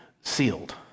sealed